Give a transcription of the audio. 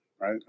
right